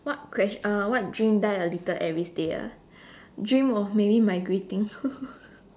what question uh what dream die a little everyday ah dream of maybe migrating